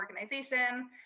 organization